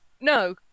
No